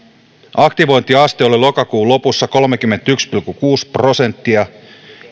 aktivointiaste oli lokakuun lopussa kolmekymmentäyksi pilkku kuusi prosenttia